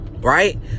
Right